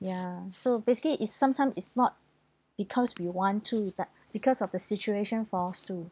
ya so basically is sometime is not because we want to but because of the situation forced to